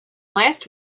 last